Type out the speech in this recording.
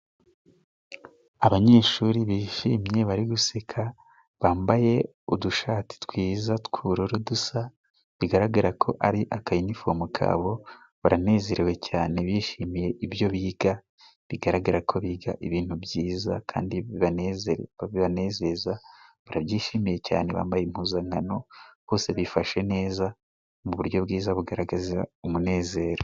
Abanyeshuri bishimye bari guseka, bambaye udushati twiza tw'ubururu dusa, bigaragara ko ari akayinifomo kabo, baranezerewe cyane, bishimiye ibyo biga, bigaragara ko biga ibintu byiza kandi bibanezeza, barabyishimiye cyane, bambaye impuzankano, bose bifashe neza, mu buryo bwiza, bugaragaza umunezero.